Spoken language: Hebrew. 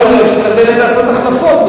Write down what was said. יכול להיות שצריך באמת לעשות החלפות,